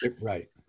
right